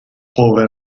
power